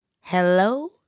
Hello